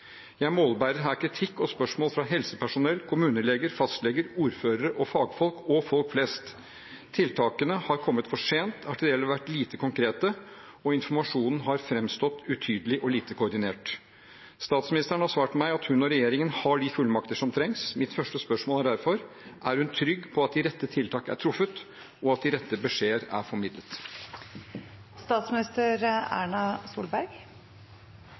Jeg målbærer her kritikk og spørsmål fra helsepersonell, kommuneleger, fastleger, ordførere, fagfolk og folk flest. Tiltakene har kommet for sent, har til dels vært lite konkrete, og informasjonen har framstått utydelig og lite koordinert. Statsministeren har svart meg at hun og regjeringen har de fullmakter som trengs. Mitt første spørsmål er derfor: Er hun trygg på at de rette tiltak er truffet, og at de rette beskjeder er formidlet?